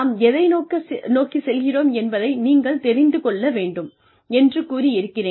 நாம் எதை நோக்கிச் செல்கிறோம் என்பதை நீங்கள் தெரிந்து கொள்ள வேண்டும் என்று கூறி இருக்கிறேன்